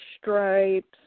stripes